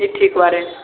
ठीक ठीक बाजैक